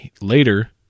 later